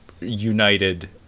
united